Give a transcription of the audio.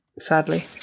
Sadly